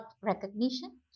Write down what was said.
recognition